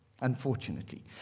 unfortunately